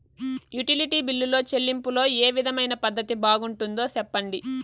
Utility బిల్లులో చెల్లింపులో ఏ విధమైన పద్దతి బాగుంటుందో సెప్పండి?